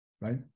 right